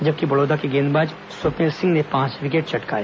जबकि बड़ौदा के गेंदबाज स्वप्निल सिंह ने पांच विकेट चटकाए